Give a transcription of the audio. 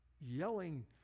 yelling